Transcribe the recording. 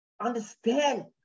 Understand